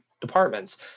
departments